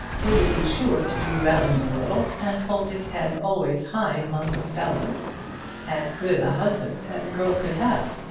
who would be sure to do well in the world and hold his head always high among his fellows as good a husband as a girl could have.